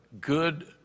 good